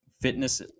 Fitness